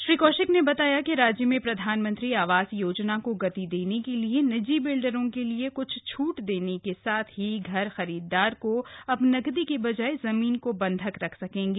श्री कौशिक ने बताया कि राज्य में प्रधानमंत्री आवास योजना को गति देने के लिए निजी बिल्डरों के लिए क्छ छूट देने के साथ ही घर खरीदार अब नकदी की बजाय जमीन को बंधक रख सकेंगे